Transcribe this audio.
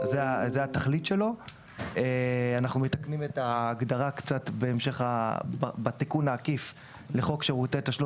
אנחנו מתקנים את ההגדרה בתיקון העקיף לחוק שירותי תשלום,